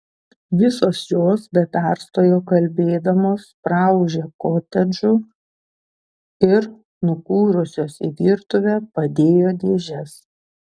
visos jos be perstojo kalbėdamos praūžė kotedžu ir nukūrusios į virtuvę padėjo dėžes